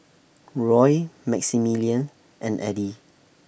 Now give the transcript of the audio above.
Roy Maximillian and Eddie